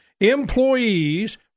employees